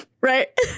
right